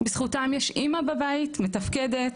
בזכותם יש אמא בבית מתפקדת,